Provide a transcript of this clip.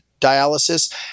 dialysis